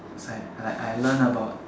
like like I learn about